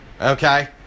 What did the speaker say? Okay